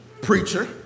preacher